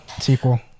sequel